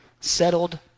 settled